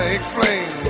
explain